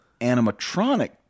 animatronic